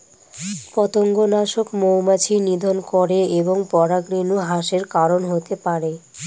পতঙ্গনাশক মৌমাছি নিধন করে এবং পরাগরেণু হ্রাসের কারন হতে পারে